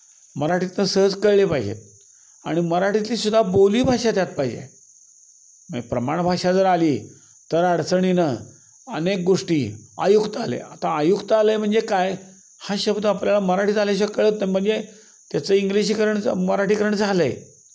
मराठीतनं सहज कळले पाहिजे आहेत आणि मराठीतलीसुद्धा बोली भाषा त्यात पाहिजे म्हणजे प्रमाण भाषा जर आली तर अडचणीनं अनेक गोष्टी आयुक्तालय आता आयुक्तालय म्हणजे काय हा शब्द आपल्याला मराठीत आल्याशिवाय कळत नाही म्हणजे त्याचं इंग्लिशीकरणचं मराठीकरण झालं आहे